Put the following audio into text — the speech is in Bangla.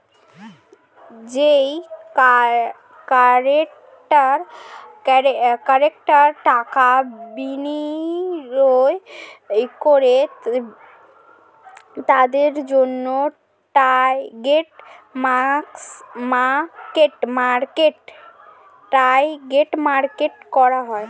যেই ক্লায়েন্টরা টাকা বিনিয়োগ করে তাদের জন্যে টার্গেট মার্কেট করা হয়